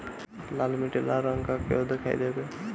लाल मीट्टी लाल रंग का क्यो दीखाई देबे?